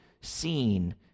seen